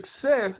success